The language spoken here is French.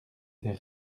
des